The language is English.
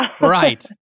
Right